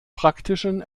praktischen